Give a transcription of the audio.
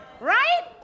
Right